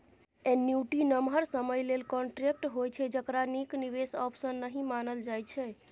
annuity नमहर समय लेल कांट्रेक्ट होइ छै जकरा नीक निबेश आप्शन नहि मानल जाइ छै